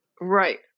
Right